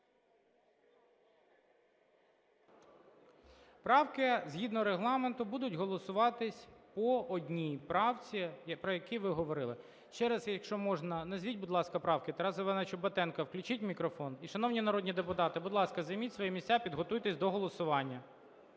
Правки, згідно Регламенту, будуть голосуватись по одній правці, про які ви говорили. Ще, якщо можна, назвіть, будь ласка, правки. Тарасу Івановичу Батенку включіть мікрофон. І, шановні народні депутати, будь ласка, займіть свої місця, підготуйтесь до голосування.